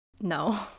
No